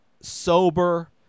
sober